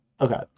okay